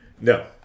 No